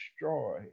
destroy